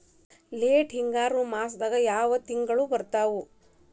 Late ಹಿಂಗಾರು ಮಾಸದಾಗ ಯಾವ್ ತಿಂಗ್ಳು ಬರ್ತಾವು?